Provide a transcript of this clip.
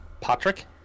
Patrick